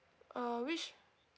uh which